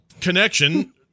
connection